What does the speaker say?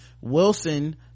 wilson